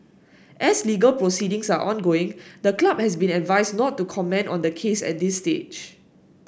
as legal proceedings are ongoing the club has been advised not to comment on the case at this stage